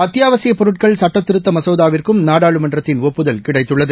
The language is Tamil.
அத்தியாவசிய ப் பொருட்கள் ச ட்டத்திரு த்த ம சே ா த ா வ ி ற ் கு ம ் ந ாடாளுமன்றத்தின் ஒப்புதல் கிடைத்துள்ளது